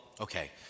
okay